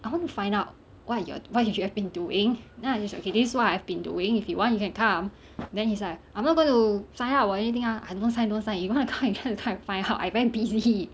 I want to find out what you are what you have been doing then I just okay this is what I've been doing if you want you can come then he's like I'm not going to sign up or anything ah don't sign don't sign you want to come you come and find out I very busy